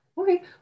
Okay